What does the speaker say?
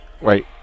wait